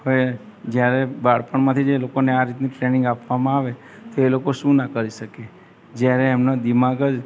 હવે જ્યારે બાળપણમાંથી જે લોકોને આ રીતની ટ્રેનિંગ આપવામાં આવે તો એ લોકો શું ના કરી શકે જ્યારે એમનો દિમાગ જ